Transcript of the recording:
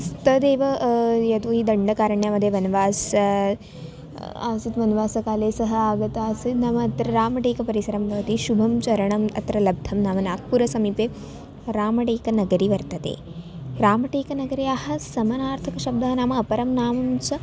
तदेव यतो हि दण्डकारण्यस्य मध्ये वनवासः आसीत् वनवासकाले सः आगतः आसीत् नाम अत्र रामटेकपरिसरं भवति शुभं चरणम् अत्र लब्धं नाम नाग्पुरसमीपे रामटेकनगरं वर्तते रामटेकनगरस्य समनार्थकशब्दः नाम अपरं नाम च